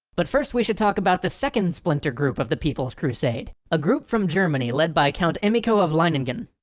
but first we should talk about the second splinter group of the people's crusade a group from germany led by count emicho of leiningen.